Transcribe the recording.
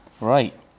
right